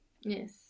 Yes